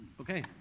Okay